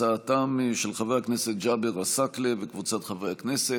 הצעתם של חבר הכנסת ג'אבר עסאקלה וקבוצת חברי הכנסת.